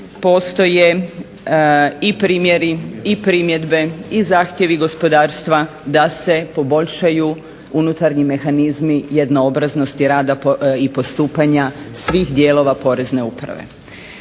postoje i primjeri i primjedbe i zahtjevi gospodarstva da se poboljšaju unutarnji mehanizmi jednoobraznosti rada i postupanja svih dijelova Porezne uprave.